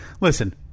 Listen